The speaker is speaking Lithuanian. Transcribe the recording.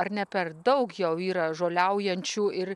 ar ne per daug jau yra žoliaujančių ir